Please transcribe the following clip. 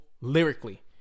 lyrically